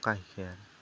गाइखेर